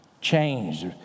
changed